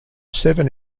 seven